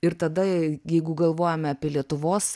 ir tada jeigu galvojame apie lietuvos